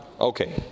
okay